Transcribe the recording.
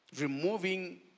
removing